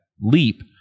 leap